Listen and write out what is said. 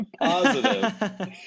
Positive